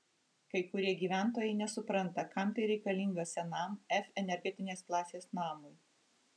kai kurie gyventojai nesupranta kam tai reikalinga senam f energinės klasės namui